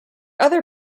other